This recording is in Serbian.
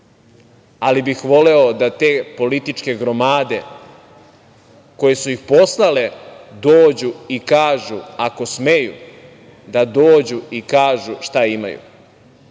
ali bih voleo da te političke gromade koje su ih poslale dođu i kažu, ako smeju da dođu i kažu šta imaju,